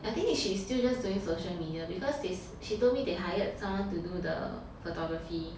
I think she's still just doing social media because they she told me they hired someone to do the photography